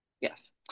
yes